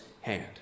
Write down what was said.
hand